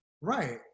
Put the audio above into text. Right